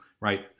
right